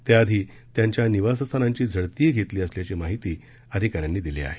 त्या आधी त्यांच्या निवासस्थानांची झडतीही घेतली असल्याची माहिती अधिकाऱ्यांनी दिली आहे